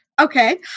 Okay